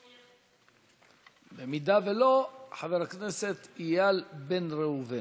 אם לא, חבר הכנסת איל בן ראובן.